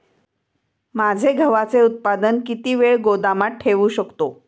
माझे गव्हाचे उत्पादन किती वेळ गोदामात ठेवू शकतो?